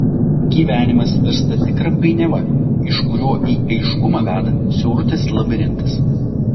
gyvenimas virsta tikra painiava iš kurio į aiškumą veda siaurutis labirintas